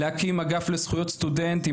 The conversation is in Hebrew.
להקים אגף לזכויות סטודנטים,